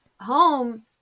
home